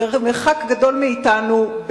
במרחק גדול מאתנו,